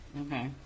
Okay